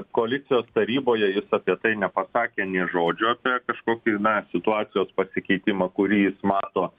koalicijos taryboje jis apie tai nepasakė nė žodžio apie kažkokį na situacijos pasikeitimą kurį jis mato